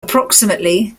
approximately